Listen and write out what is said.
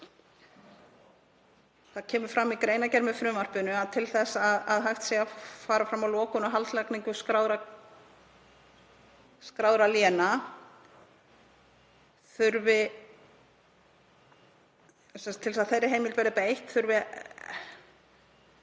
Það kemur fram í greinargerð með frumvarpinu að til þess að hægt sé að fara fram á lokun og haldlagningu skráðra léna, til þess að þeirri heimild verði beitt, þurfi